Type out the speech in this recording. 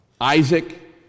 Isaac